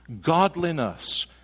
godliness